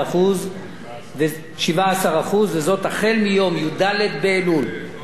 החל מיום י"ד באלול התשע"ב,